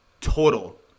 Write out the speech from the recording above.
total